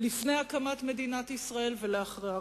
לפני הקמת מדינת ישראל ולאחר הקמתה.